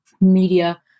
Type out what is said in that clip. media